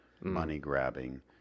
money-grabbing